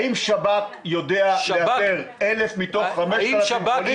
האם שב"כ יודע לאתר 1,000 מתוך 5,000 חולים?